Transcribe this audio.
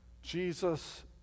Jesus